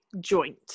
joint